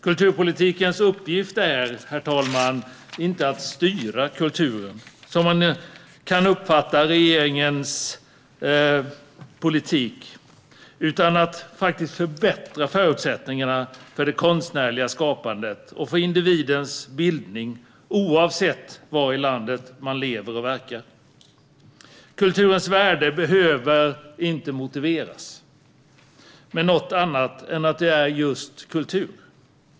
Kulturpolitikens uppgift är, herr talman, inte att styra kulturen - vilket är en uppfattning man ibland kan få av regeringens politik - utan att förbättra förutsättningarna för det konstnärliga skapandet och för individens bildning, oavsett var i landet man lever och verkar. Kulturens värde behöver inte motiveras med något annat än att det är kultur.